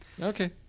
Okay